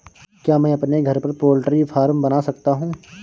क्या मैं अपने घर पर पोल्ट्री फार्म बना सकता हूँ?